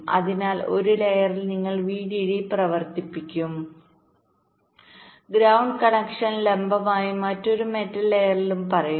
അതിനാൽ ഒരു ലെയറിൽ നിങ്ങൾ VDD പ്രവർത്തിപ്പിക്കും ഗ്രൌണ്ട് കണക്ഷൻ ലംബമായും മറ്റൊരു മെറ്റൽ ലെയറിലും പറയുക